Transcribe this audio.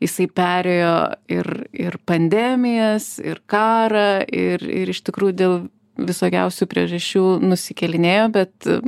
jisai perėjo ir ir pandemijas ir karą ir ir iš tikrųjų dėl visokiausių priežasčių nusikėlinėjo bet